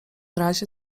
razie